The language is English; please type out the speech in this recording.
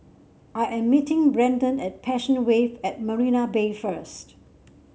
I am meeting Braden at Passion Wave at Marina Bay first